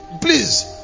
please